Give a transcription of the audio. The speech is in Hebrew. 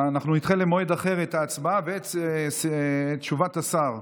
אנחנו נדחה למועד אחר את ההצבעה ואת תשובת השר.